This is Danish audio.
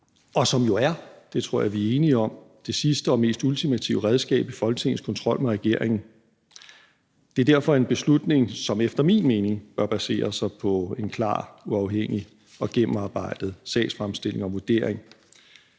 og som er – det tror jeg vi er enige om – det sidste og mest ultimative redskab i Folketingets kontrol med regeringen. Det er derfor en beslutning, som efter min mening bør basere sig på en klar, uafhængig og gennemarbejdet sagsfremstilling og vurdering.